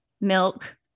milk